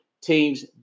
Teams